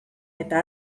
eta